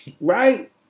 right